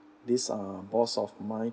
this uh boss of mine